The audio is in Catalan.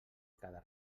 cada